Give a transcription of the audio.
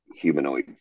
humanoid